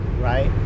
right